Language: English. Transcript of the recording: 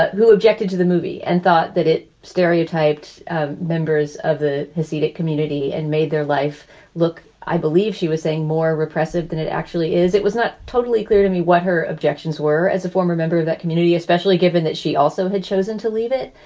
who objected to the movie and thought that it stereotyped members of the hasidic community and made their life look. i believe she was saying more repressive than it actually is. it was not totally clear to me what her objections were. as a former member of that community, especially given that she also had chosen to leave it.